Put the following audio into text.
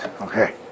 Okay